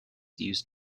used